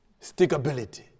Stickability